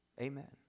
Amen